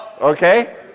okay